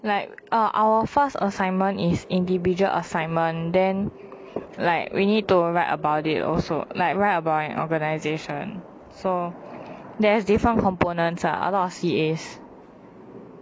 like orh our first assignment is individual assignment then like we need to write about it also like write about an organisation so there's different components ah a lot of C_A's